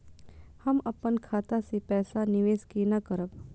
हम अपन खाता से पैसा निवेश केना करब?